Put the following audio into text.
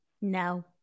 No